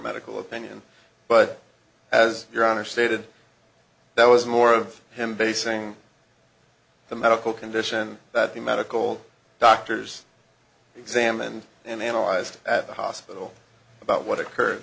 medical opinion but as your honor stated that was more of him basing the medical condition that the medical doctors examined and analyzed at the hospital about what occurred